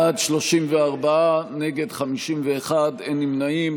בעד, 34, נגד, 51, אין נמנעים.